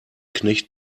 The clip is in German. knecht